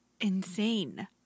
insane